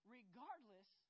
regardless